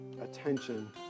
Attention